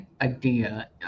idea